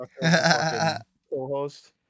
co-host